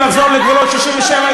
אם הם היו רוצים לחזור לגבולות 67',